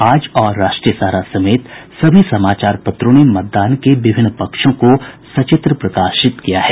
आज और राष्ट्रीय सहारा समेत सभी समाचार पत्रों ने मतदान के विभिन्न पक्षों को सचित्र प्रकाशित किया है